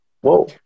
whoa